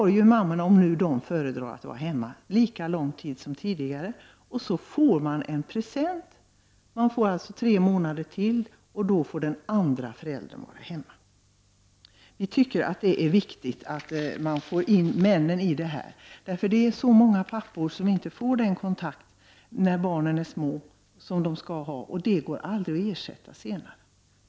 Då har mammorna, om de föredrar att vara hemma, lika lång tid som tidigare, och så får föräldrarna en present i form av tre månader till, och då får den andra föräldern vara hemma. Vi tycker att det är viktigt att få in männen i det här. Det är så många pappor som inte får den kontakt när barnen är små som de skall ha, och det går aldrig att ersätta.